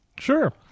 Sure